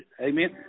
amen